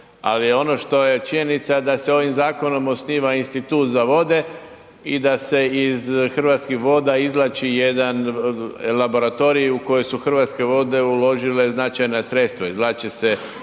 Ali ono što je činjenica da se ovim zakonom osniva Institut za vode i da se iz Hrvatskih voda izvlači jedan laboratoriji u koji su Hrvatske vode uložile značajna sredstva, izvlače se